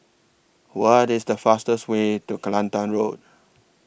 What IS The fastest Way to Kelantan Road